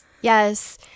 Yes